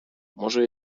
może